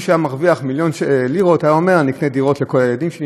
מי שהיה מרוויח מיליון לירות היה אומר: אני אקנה דירות לכל הילדים שלי,